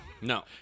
No